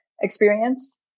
experience